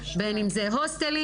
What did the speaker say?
בין אם זה הוסטלים,